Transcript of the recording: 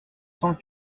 cent